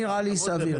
ובכל לזה לעניין דרך